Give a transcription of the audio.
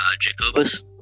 Jacobus